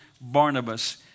Barnabas